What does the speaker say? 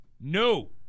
no